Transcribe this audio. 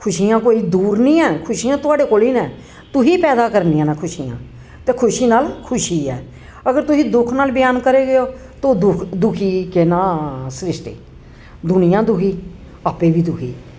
खुशियां कोई दूर निं हैन खुशियां तोआड़े कोल ही न तुहीं पैदा करनियां न खुशियां ते खुशी नाल खुशी ऐ अगर तुसीं दुख नाल ब्यान करगेओ ते ओह् दुखी केह् नांऽ स्रिश्टी दुनियां दुखी आपें बी दुखी